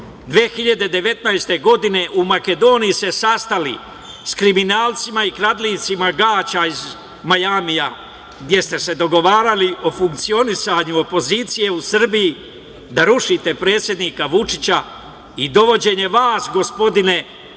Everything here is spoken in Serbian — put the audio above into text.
8.2.2019. godine u Makedoniji se sastali s kriminalcima i kradljivcima gaća iz Majamija gde ste se dogovarali o funkcionisanju opozicija u Srbiji, da rušite predsednika Vučića i dovođenjem vas, gospodine